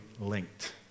linked